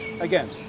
Again